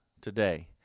today